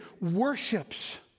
worships